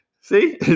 See